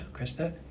Krista